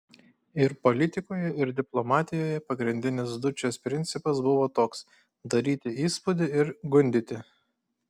ir politikoje ir diplomatijoje pagrindinis dučės principas buvo toks daryti įspūdį ir gundyti